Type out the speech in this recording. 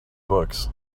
books